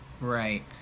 Right